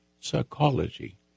psychology